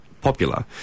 Popular